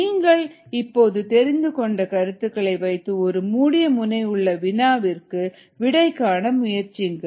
நீங்கள் இப்போது தெரிந்துகொண்ட கருத்துக்களை வைத்து ஒரு மூடிய முனையுள்ள வினாவிற்கு விடை காண முயற்சியுங்கள்